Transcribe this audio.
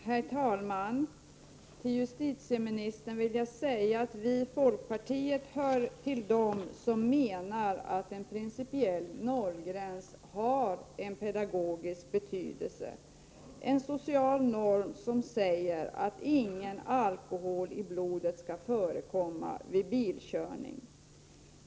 Herr talman! Till justitieministern vill jag säga att vi i folkpartiet hör till dem som menar att en principiell nollgräns, en social norm som säger att ingen alkohol i blodet skall förekomma vid bilkörning, har en pedagogisk betydelse.